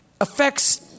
affects